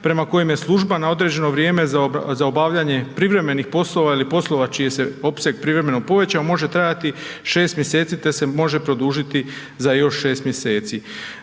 prema kojem je služba na određeno vrijeme za obavljanje privremenih poslova ili poslova čiji se opseg privremeno povećao može trajati 6 mjeseci te se može produžiti za još 6 mjeseci.